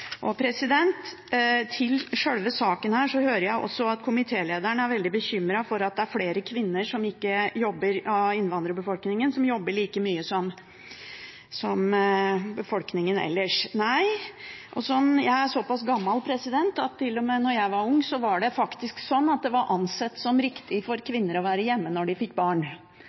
Til sjølve saken: Jeg hører at komitélederen er veldig bekymret for at det er flere kvinner blant innvandrerbefolkningen som ikke jobber like mye som befolkningen ellers. Jeg er såpass gammel at da jeg var ung, ble det ansett riktig for kvinner å være hjemme når de fikk barn. Det tar litt tid, men da er det fryktelig dumt at regjeringen tviholder på ordningen med kontantstøtte som betaler disse kvinnene for